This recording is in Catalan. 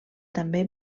també